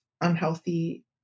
unhealthy